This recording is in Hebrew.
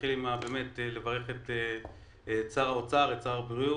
נתחיל בלברך את שר האוצר, את שר הבריאות.